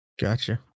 Gotcha